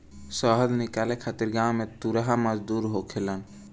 शहद निकाले खातिर गांव में तुरहा मजदूर होखेलेन